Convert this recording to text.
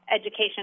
education